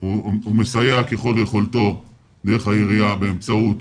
הוא מסייע ככל יכולתו דרך העירייה באמצעות